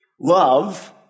Love